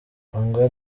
kundwa